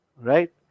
right